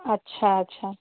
अच्छा अच्छा